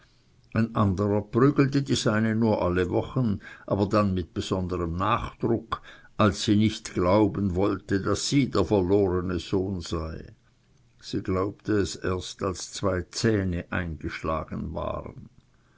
ein anderer prügelte die seine nur alle wochen aber mit besonderem nachdruck als sie nicht glauben wollte daß sie der verlorene sohn sei weil sie nicht ein sohn sein könne da sie ja ein weib sei sie glaubte es erst als zwei zähne eingeschlagen waren